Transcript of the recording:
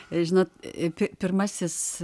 žinot pir pirmasis